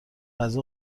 غذا